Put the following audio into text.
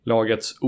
Lagets